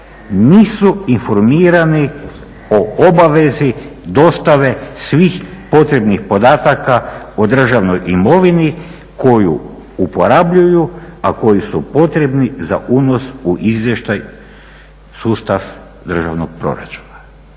nisu informirani o obavezi dostave svih potrebnih podataka o državnoj imovini koju uporabljuju a koji su potrebni za unos u izvještaj, sustav državnog proračuna.